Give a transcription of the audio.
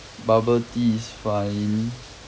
bubble tea is fine